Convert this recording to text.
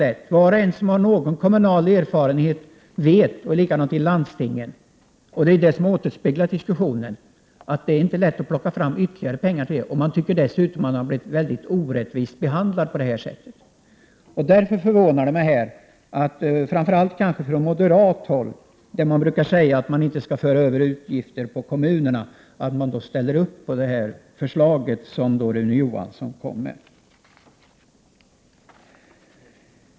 Det vet var och en som har någon kommunal erfarenhet eller erfarenhet från landsting. Det är det som återspeglas i diskussionen. Dessutom tycker man sig ha blivit mycket orättvist behandlad. Framför allt förvånar det mig att man från moderat håll — de brukar alltid säga att man inte skall föra över utgifter på kommunerna — ställer upp på det förslag som Rune Johansson lade fram.